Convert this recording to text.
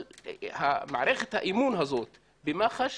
מערכת האמון הזאת במח"ש